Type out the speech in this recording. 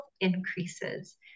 increases